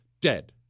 dead